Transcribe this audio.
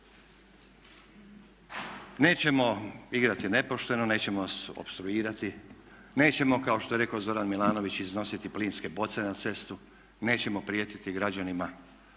Nećemo igrati nepošteno, nećemo vas opstruirati, nećemo kao što je rekao Zoran Milanović iznositi plinske boce na cestu, nećemo prijetiti građanima